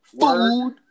Food